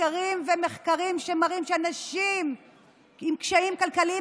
סקרים ומחקרים שמראים שאנשים עם קשיים כלכליים,